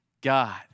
God